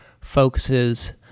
focuses